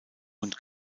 und